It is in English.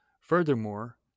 Furthermore